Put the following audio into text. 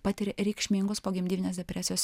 patiria reikšmingus pogimdyminės depresijos